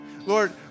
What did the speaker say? Lord